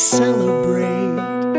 celebrate